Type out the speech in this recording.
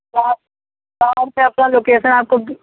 sir sir मैं आपना location आप को